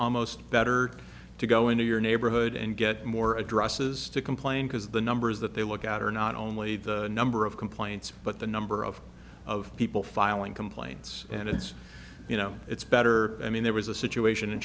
almost better to go into your neighborhood and get more addresses to complain because the numbers that they look at are not only the number of complaints but the number of of people filing complaints and it's you know it's better i mean there was a situation in